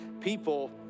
people